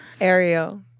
Ariel